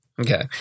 Okay